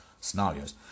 scenarios